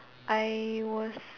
I was